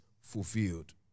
fulfilled